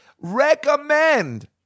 recommend